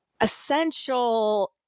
essential